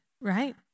right